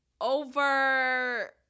over